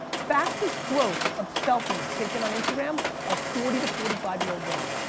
fastest growth of selfies taken on instagram are forty to forty five year old women,